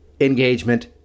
engagement